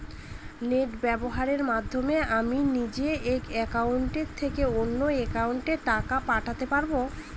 Net ব্যবহারের মাধ্যমে আমি নিজে এক অ্যাকাউন্টের থেকে অন্য অ্যাকাউন্টে টাকা পাঠাতে পারব?